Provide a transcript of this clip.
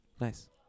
Nice